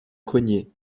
cognée